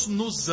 nos